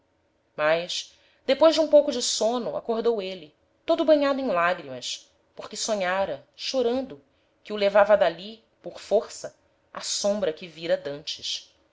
mas depois de um pouco de sôno acordou êle todo banhado em lagrimas porque sonhára chorando que o levava d'ali por força a sombra que vira d'antes